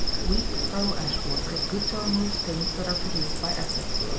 weak pearl-ash water is good to remove stains that are produced by acids.